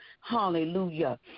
hallelujah